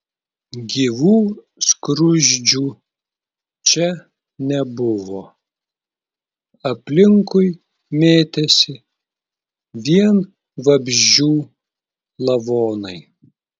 gyvų skruzdžių čia nebuvo aplinkui mėtėsi vien vabzdžių lavonai